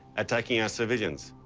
attacking our civilians.